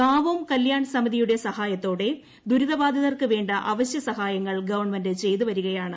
ഗാവോം കല്യാൺ സമിതിയുടെ സഹായത്തോടെ ദുരിതബാധിതർക്ക് വേണ്ട അവശ്യ സഹായങ്ങൾ ഗവൺമെന്റ് ചെയ്തുവരികയാണ്